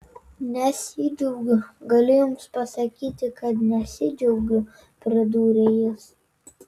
nesidžiaugiu galiu jums pasakyti kad nesidžiaugiu pridūrė jis